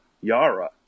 Yara